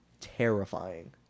terrifying